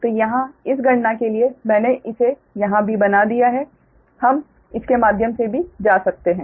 तो यहाँ इस गणना के लिए मैंने इसे यहाँ भी बना दिया है हम इसके माध्यम से भी जा सकते हैं